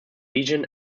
region